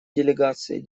делегации